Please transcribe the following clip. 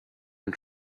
and